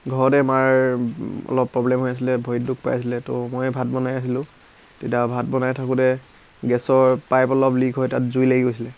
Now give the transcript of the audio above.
ঘৰত মাৰ অলপ প্ৰব্লেম হৈ আছিলে ভৰিত দুখ পাই আছিলে তো ময়ে ভাত বনাই আছিলোঁ তেতিয়া ভাত বনাই থাকোঁতে গেছৰ পাইপ অলপ লীক হৈ তাত জুই লাগি গৈছিলে